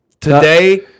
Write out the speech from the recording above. Today